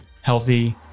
healthy